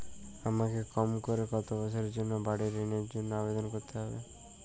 আমাকে কম করে কতো বছরের জন্য বাড়ীর ঋণের জন্য আবেদন করতে হবে?